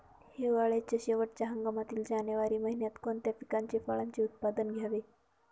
हिवाळ्याच्या शेवटच्या हंगामातील जानेवारी महिन्यात कोणत्या पिकाचे, फळांचे उत्पादन घ्यावे?